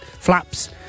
flaps